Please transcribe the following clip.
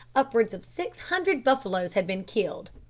upwards of six hundred buffaloes had been killed,